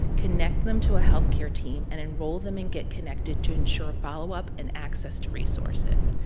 connect them to a healthcare team, and enroll them in get connected to ensure follow up and access to resources.